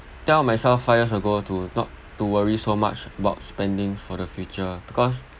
tell myself five years ago to not to worry so much about spending for the future because